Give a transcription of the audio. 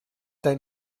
dein